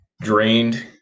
drained